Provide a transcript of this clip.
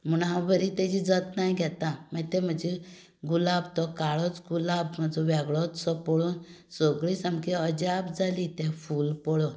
म्हूण हांव ताजी बरी जतनाय घेतां मागीर ते म्हजी गुलाब तो काळोच गुलाब तो मात्सो वेगळोच सो पळोवन सगळीं सामकी अजाप जाली तें फूल पळोवन